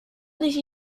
nicht